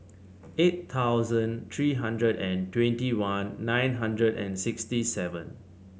eight thousand three hundred and twenty one nine hundred and sixty seven